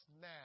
now